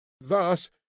thus